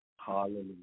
Hallelujah